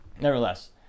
nevertheless